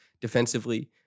Defensively